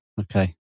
Okay